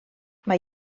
mae